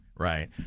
Right